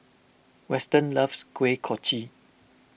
Weston loves Kuih Kochi